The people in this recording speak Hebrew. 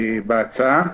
בסדר, אנחנו בהמתנה.